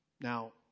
Now